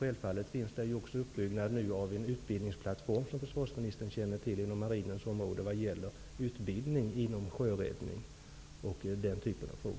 Självfallet finns det, som försvarsministern känner till, en uppbyggnad av en utbildningsplattform inom marinens område vad gäller exempelvis frågor som utbildning inom sjöräddning.